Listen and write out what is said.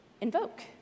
invoke